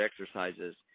exercises